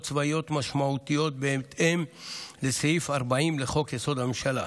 צבאיות משמעותיות בהתאם לסעיף 40 לחוק-יסוד: הממשלה.